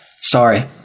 Sorry